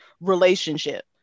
relationship